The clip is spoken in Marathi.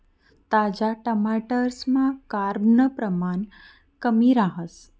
ताजा टमाटरसमा कार्ब नं परमाण कमी रहास